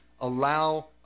allow